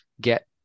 get